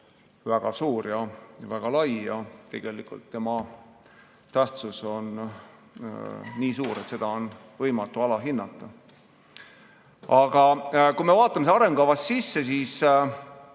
väga suur ja väga lai. Tegelikult on tema tähtsus nii suur, et seda on võimatu alahinnata. Aga kui me vaatame siia arengukavasse sisse,